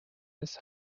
this